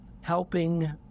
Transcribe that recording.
helping